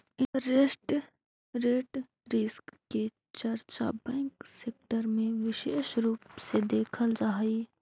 interest rate risk के चर्चा bank sector में विशेष रूप से देखल जा हई